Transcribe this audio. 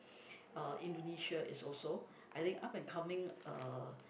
uh Indonesia is also I think up and coming uh